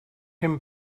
him